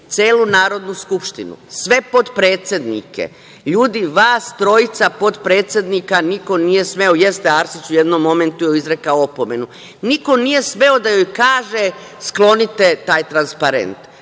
celu Narodnu skupštinu, sve potpredsednike. Ljudi, vas trojica potpredsednika niko nije smeo… Jeste Arsić u jednom momentu joj je izrekao opomenu, niko nije smeo da joj kaže sklonite taj transparent,